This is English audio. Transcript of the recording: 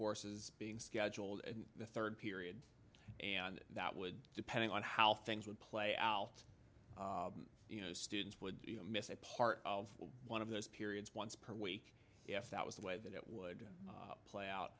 courses being scheduled in the third period and that would depending on how things would play out you know students would miss a part of one of those periods once per week if that was the way that it would play out